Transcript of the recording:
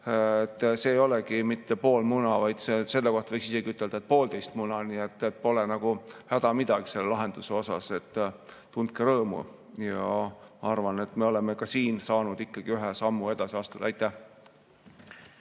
see ei ole mitte pool muna, vaid selle kohta võiks isegi ütelda, et see on poolteist muna. Pole nagu häda midagi sellel lahendusel. Tundke rõõmu! Ma arvan, et me oleme ka siin saanud ikkagi ühe sammu edasi astuda. Aitäh!